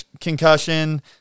concussion